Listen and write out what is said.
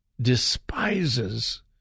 despises